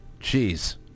Jeez